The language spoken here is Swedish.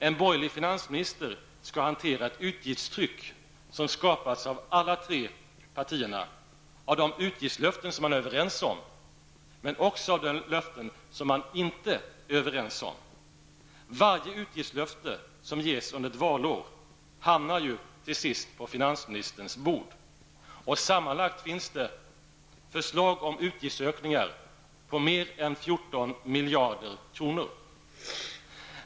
En borgerlig finansminister skall hantera ett utgiftstryck som skapats av alla tre partierna av de utgiftslöften som de är överens om, men också av de löften som de inte är överens om. Varje utgiftslöfte som ges under ett valår hamnar till sist på finansministerns bord. Sammanlagt finns det förslag om utgiftsökningar på mer än 14 miljarder kronor.